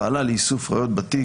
פעלה לאיסוף ראיות בתיק.